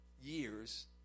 years